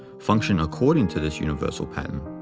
function according to this universal pattern.